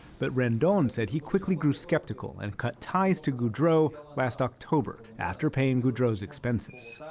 but rendon said he quickly grew skeptical and cut ties to goudreau last october, after paying goudreau's expenses.